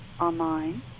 online